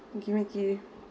give me key